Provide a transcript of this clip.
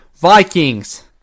Vikings